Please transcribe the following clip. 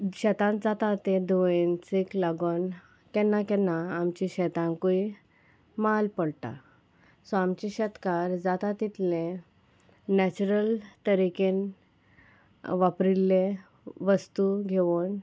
शेतांत जाता ते दुयेंसीक लागोन केन्ना केन्ना आमच्या शेतांकूय माल पडटा सो आमचे शेतकार जाता तितले नॅचरल तरिकेन वापरिल्ले वस्तू घेवन